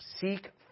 seek